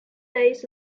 days